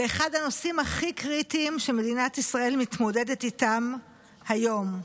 זה אחד הנושאים הכי קריטיים שמדינת ישראל מתמודדת איתם היום.